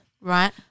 Right